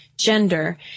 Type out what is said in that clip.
Gender